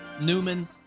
Newman